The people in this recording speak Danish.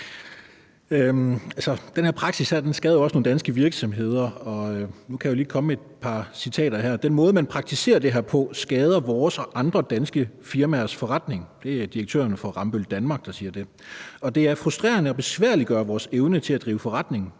Den her praksis skader jo også nogle danske virksomheder, og nu kan jeg lige komme med et par citater her: Den måde, man praktiserer det her på, skader vores og andre danske firmaers forretning. Det er direktøren fra Rambøll Danmark, der siger det. Og det andet citat er: Det er frustrerende og besværliggør vores evne til at drive forretning.